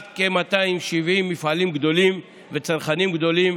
כ-270 מפעלים גדולים וצרכנים גדולים,